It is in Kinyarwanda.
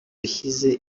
ishyize